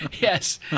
yes